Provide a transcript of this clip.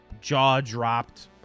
jaw-dropped